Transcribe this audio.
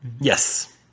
Yes